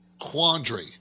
quandary